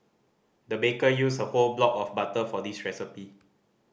the baker used a whole block of butter for this recipe